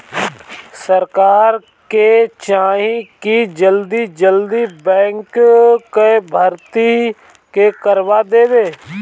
सरकार के चाही की जल्दी जल्दी बैंक कअ भर्ती के करवा देवे